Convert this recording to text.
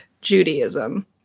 Judaism